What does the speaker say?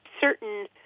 certain